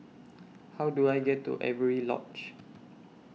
How Do I get to Avery Lodge